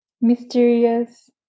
mysterious